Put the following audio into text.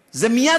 אפשרי.